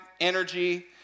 energy